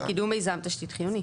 "לקידום מיזם תשתית חיוני".